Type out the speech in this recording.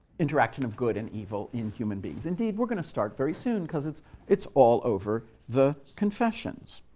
interaction of good and evil in human beings. indeed, we're going to start very soon, because it's it's all over the confessions.